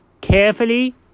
carefully